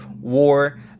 war